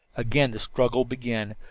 again the struggle began.